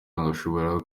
amafaranga